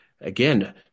Again